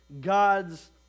God's